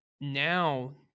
now